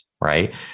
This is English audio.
right